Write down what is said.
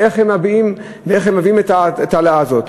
איך הם מציגים את ההעלאה הזאת.